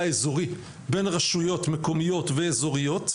האיזורי בין רשויות מקומיות ואיזוריות,